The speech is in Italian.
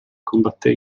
combatté